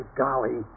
golly